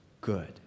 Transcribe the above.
good